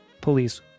police